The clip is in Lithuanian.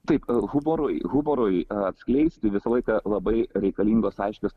taip humorui humorui atskleisti visą laiką labai reikalingos aiškios